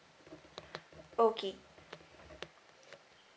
okay